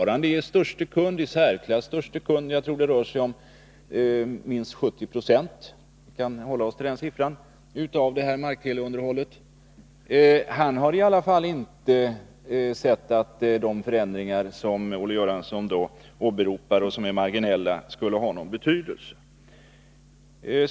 Och flygvapnet är fortfarande den i särklass största kunden — jag tror att det rör sig om 70 26 av markteleun derhållet. Chefen för flygvapnet har inte ansett att de förändringar som Olle Göransson åberopar och som är marginella skulle ha någon betydelse.